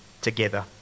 together